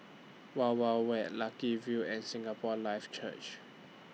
Wild Wild Wet Lucky View and Singapore Life Church